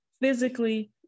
physically